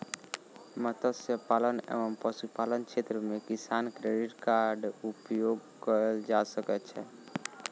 मत्स्य पालन एवं पशुपालन क्षेत्र मे किसान क्रेडिट कार्ड उपयोग कयल जा सकै छै